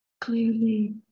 clearly